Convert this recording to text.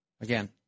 again